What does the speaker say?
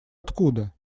откуда